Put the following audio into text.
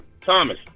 Thomas